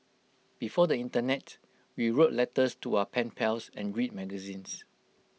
before the Internet we wrote letters to our pen pals and read magazines